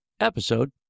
episode